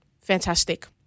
fantastic